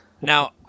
Now